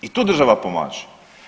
I tu država pomaže.